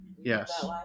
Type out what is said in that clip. Yes